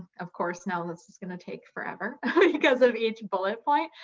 of course, now this is gonna take forever because of each bullet point.